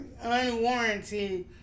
unwarranted